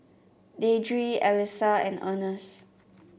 Deidre Allyssa and Earnest